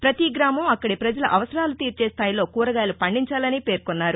ప్రతీ గ్రామం అక్కడి ప్రజల అవసరాలు తీర్చే స్దాయిలో కూరగాయలు పండించాలని పేర్కొన్నారు